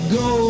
go